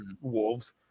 wolves